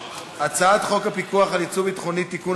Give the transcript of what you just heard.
הצעת חוק הפיקוח על יצוא ביטחוני (תיקון),